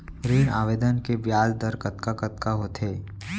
ऋण आवेदन के ब्याज दर कतका कतका होथे?